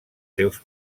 seus